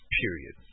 period